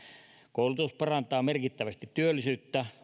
koulutus parantaa merkittävästi työllisyyttä